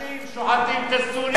השיעים שוחטים את הסונים,